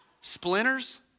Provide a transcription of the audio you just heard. Splinters